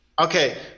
okay